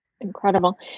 Incredible